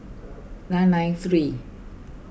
nine nine three